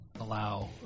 allow